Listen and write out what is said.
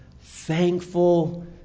thankful